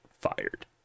fired